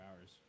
hours